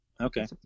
Okay